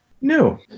no